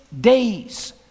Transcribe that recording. days